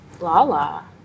Lala